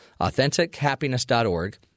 AuthenticHappiness.org